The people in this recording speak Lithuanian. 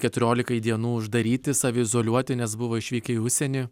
keturiolikai dienų uždaryti saviizoliuoti nes buvo išvykę į užsienį